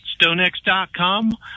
Stonex.com